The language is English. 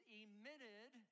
emitted